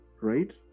right